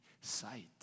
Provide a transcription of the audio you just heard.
sight